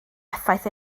effaith